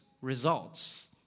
results